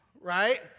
right